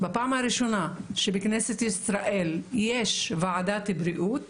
בפעם הראשונה שבכנסת ישראל יש ועדת בריאות,